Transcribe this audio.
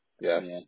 Yes